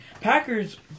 Packers